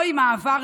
אוי, מה עברנו.